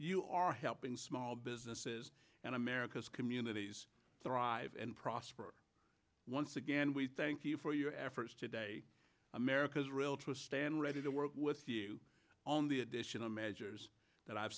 you are helping small businesses and america's communities thrive and prosper once again we thank you for your efforts today america's rail tristan ready to work with you on the additional measures that i've